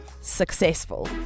successful